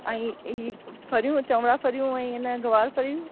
ऐं ही ही फरियूं ऐं चवणा फरियूं ऐं हिन गवार फरियूं